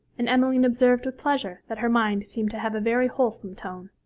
and emmeline observed with pleasure that her mind seemed to have a very wholesome tone.